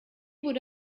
would